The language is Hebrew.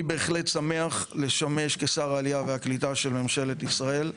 אני בהחלט שמח לשמש כשר העלייה והקליטה של ממשלת ישראל.